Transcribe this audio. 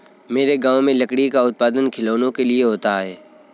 मेरे गांव में लकड़ी का उत्पादन खिलौनों के लिए होता है